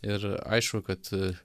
ir aišku kad